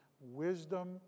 wisdom